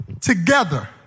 together